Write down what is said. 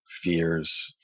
fears